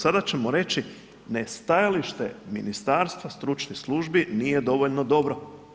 Sada ćemo reći ne, stajalište ministarstva, stručnih službi nije dovoljno dobro.